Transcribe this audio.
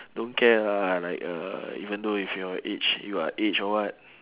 don't care lah like uh even though if your age you are age or what